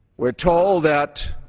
we are told that